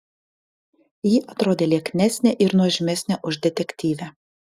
ji atrodė lieknesnė ir nuožmesnė už detektyvę